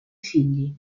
figli